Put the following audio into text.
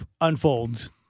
unfolds